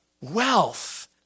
Wealth